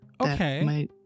okay